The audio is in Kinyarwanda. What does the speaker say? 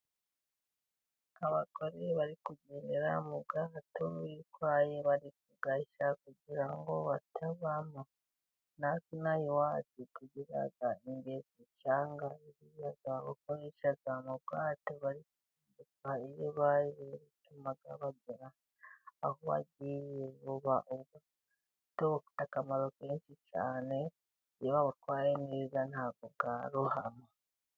Abagore bari kugendera mu bwato bitwaye bari kugashya kugira ngo batagwamo. Natwe inaha iwacu tugira ingashya kuko ingashya n' ubwato bituma bagera aho bagiye vuba. Ubwato bugira akamaro kenshi cyane ,iyo babutwaye neza, ntabwo bwarohama.